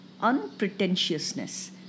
unpretentiousness